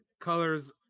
colors